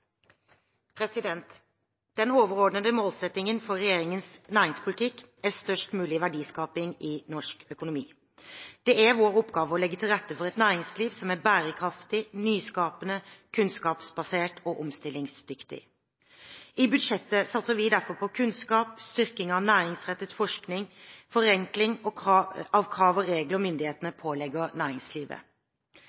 over. Den overordnede målsettingen for regjeringens næringspolitikk er størst mulig verdiskaping i norsk økonomi. Det er vår oppgave å legge til rette for et næringsliv som er bærekraftig, nyskapende, kunnskapsbasert og omstillingsdyktig. I budsjettet satser vi derfor på kunnskap, styrking av næringsrettet forskning og forenkling av krav og regler myndighetene